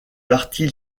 parti